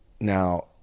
Now